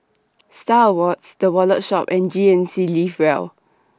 STAR Awards The Wallet Shop and G N C Live Well